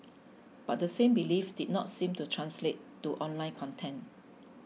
but the same belief did not seem to translate to online content